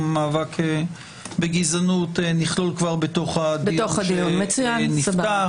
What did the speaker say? המאבק בגזענות נכלול כבר בדיון שנפתח.